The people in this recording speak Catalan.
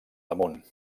damunt